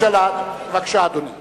בבקשה, אדוני.